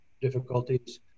difficulties